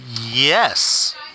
Yes